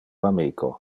amico